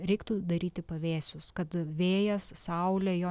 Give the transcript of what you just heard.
reiktų daryti pavėsius kad vėjas saulė jo